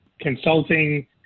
consulting